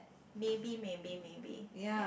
maybe maybe maybe ya